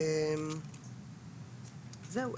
זהו.